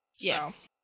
Yes